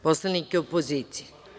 Poslanike opozicije.